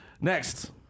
Next